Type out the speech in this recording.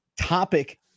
topic